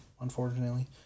unfortunately